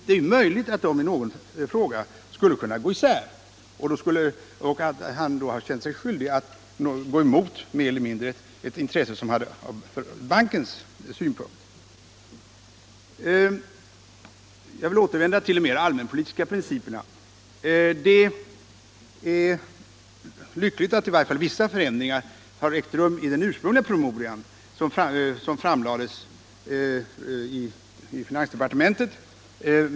Det är ju möjligt att kommunrepresentanten i en sådan här fråga skulle kunna känna sig skyldig att gå emot bankens intressen. Jag vill återvända till de mer allmänpolitiska principerna. Det är lyckligt att i varje fall vissa förändringar har ägt rum i den ursprungliga promemoria som framlades i finansdepartementet.